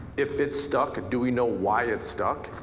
if it's stuck do we know why it's stuck?